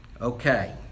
Okay